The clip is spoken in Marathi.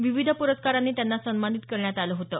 विविध पुरस्कारांनी त्यांना सन्मानित करण्यात आलं होतं